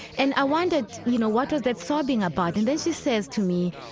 and i wondered, you know, what was that sobbing about? and then she says to me,